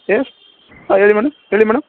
S ಹಾಂ ಹೇಳಿ madam ಹೇಳಿ ಮೇಡಮ್